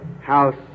house